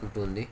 ఉంటుంది